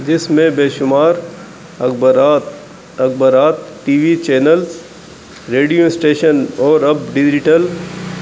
جس میں بےشمار اکبرات اکبرات T V channels radio station اور اب ڈیجیٹل